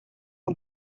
ans